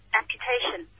amputation